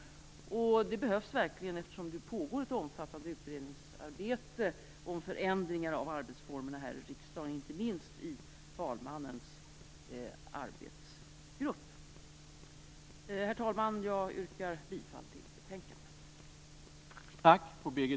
Det behövs verkligen, eftersom det pågår ett omfattande utredningsarbete om förändringar av arbetsformerna här i riksdagen, inte minst i talmannens arbetsgrupp. Herr talman! Jag yrkar bifall till utskottets förslag.